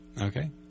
Okay